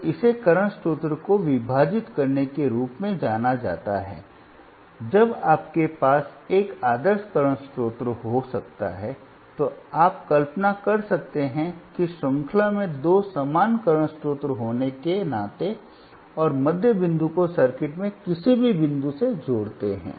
तो इसे करंट स्रोत को विभाजित करने के रूप में जाना जाता है जब आपके पास एक आदर्श करंट स्रोत हो सकता है तो आप कल्पना कर सकते हैं कि श्रृंखला में दो समान करंट स्रोत होने के नाते और मध्य बिंदु को सर्किट में किसी भी बिंदु से जोड़ते हैं